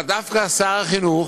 אלא דווקא שר החינוך,